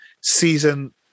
season